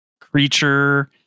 creature